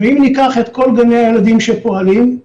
אם ניקח את כל גני-הילדים שפועלים,